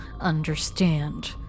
understand